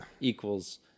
equals